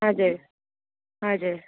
हजुर हजुर